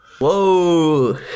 Whoa